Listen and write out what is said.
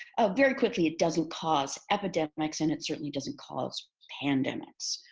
oh, very quickly, it doesn't cause epidemics and it certainly doesn't cause pandemics.